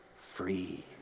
free